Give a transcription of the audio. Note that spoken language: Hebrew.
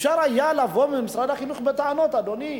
אפשר היה לבוא למשרד החינוך בטענות: אדוני,